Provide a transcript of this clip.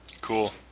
cool